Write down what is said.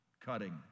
cutting